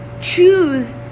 choose